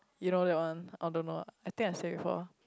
you know that one oh don't know ah I think I say before